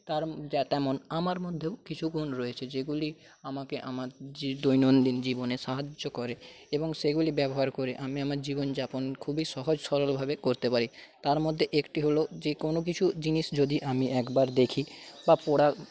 তার তেমন আমার মধ্যেও কিছু গুণ রয়েছে যেগুলি আমাকে আমার যে দৈনন্দিন জীবনে সাহায্য করে এবং সেগুলি ব্যবহার করে আমি আমার জীবনযাপন খুবই সহজ সরলভাবে করতে পারি তার মধ্যে একটি হলো যে কোনো কিছু জিনিস যদি আমি একবার দেখি বা পড়ার